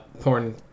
porn